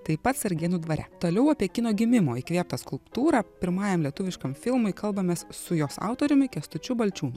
taip pat sargėnų dvare toliau apie kino gimimo įkvėptą skulptūrą pirmajam lietuviškam filmui kalbamės su jos autoriumi kęstučiu balčiūnu